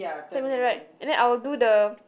ten million right and then I will do the